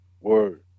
Word